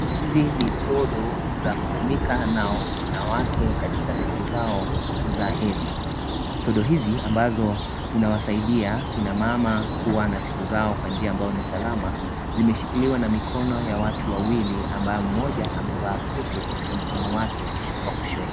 Hizi ni sodo za kutumika na wanawake katika siku zao za hedhi. Sodo hizi ambazo zinawasaidia kina mama kuwa na siku zao kwa njia ambayo ni salama zimeshikiliwa na mikono ya watu wawili ambao mmoja amevaa pete katika mkono wake wa kushoto.